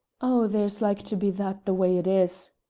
oh! there's like to be that the ways it is,